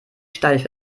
steif